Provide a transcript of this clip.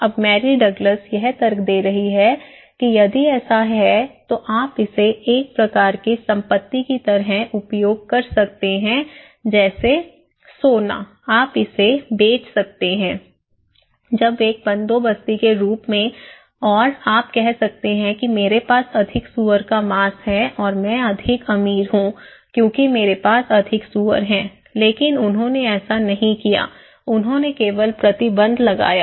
अब Mary Douglas यह तर्क दे रही है कि यदि ऐसा है तो आप इसे एक प्रकार की संपत्ति की तरह उपयोग कर सकते हैं जैसे सोना आप इसे बेच सकते हैं जब एक बंदोबस्ती के रूप में और आप कह सकते हैं कि मेरे पास अधिक सूअर का मांस है और मैं अधिक अमीर हूं क्योंकि मेरे पास अधिक सूअर हैं लेकिन उन्होंने ऐसा नहीं किया उन्होंने केवल प्रतिबंध लगाए